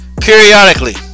Periodically